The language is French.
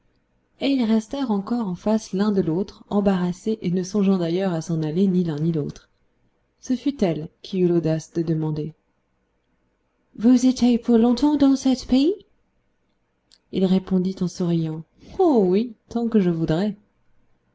et ils restèrent encore en face l'un de l'autre embarrassés et ne songeant d'ailleurs à s'en aller ni l'un ni l'autre ce fut elle qui eut l'audace de demander vos été pour longtemps dans cette pays il répondit en souriant oh oui tant que je voudrai